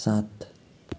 सात